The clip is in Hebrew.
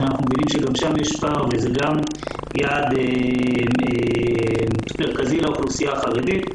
שאנחנו מבינים שגם שם יש פער וזה גם יעד מרכזי לאוכלוסייה החרדית.